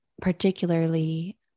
particularly